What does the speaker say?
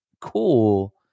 cool